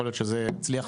יכול להיות שזה יצליח